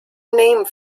name